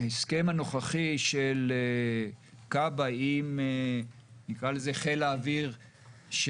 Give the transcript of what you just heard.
ההסכם הנוכחי של כב"ה עם חיל האוויר של